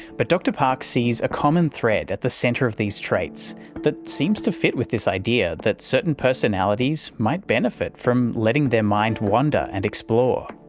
but dr park sees a common thread at the centre of these traits that seems to fit with this idea that certain personalities might benefit from letting their mind wander and explore.